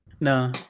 No